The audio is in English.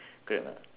correct or not